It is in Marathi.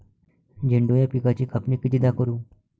झेंडू या पिकाची कापनी कितीदा करू?